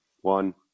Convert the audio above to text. one